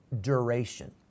duration